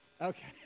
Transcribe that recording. Okay